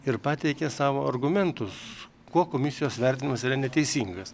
ir pateikė savo argumentus kuo komisijos vertinimas yra neteisingas